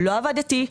לא עבדתי.